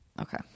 okay